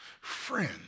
friend